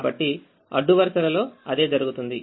కాబట్టి అడ్డు వరుసలలో అదే జరుగుతుంది